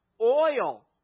Oil